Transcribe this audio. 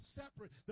separate